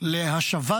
להשבת